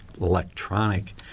electronic